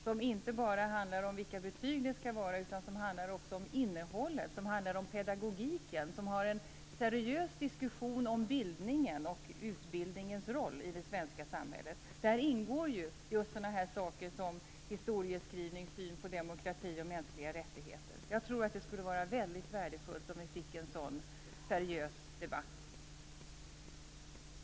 Det handlar inte bara om vilka betyg som skall sättas, utan också om innehållet, pedagogiken, att ha en seriös diskussion om bildningen och utbildningens roll i det svenska samhället. Där ingår sådant som historieskrivning, syn på demokrati och mänskliga rättigheter. Det skulle vara värdefullt med en sådan seriös debatt.